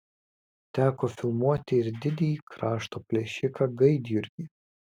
teko filmuoti ir didįjį krašto plėšiką gaidjurgį